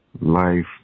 Life